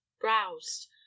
browsed